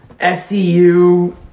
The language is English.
SCU